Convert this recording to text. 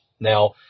Now